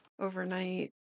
overnight